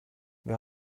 wir